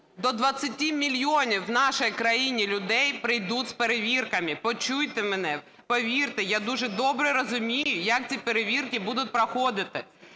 мільйонів у нашій країні людей прийдуть з перевірками. Почуйте мене, повірте, я дуже добре розумію, як ці перевірки будуть проходити.